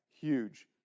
huge